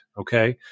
Okay